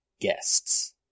guests